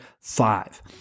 five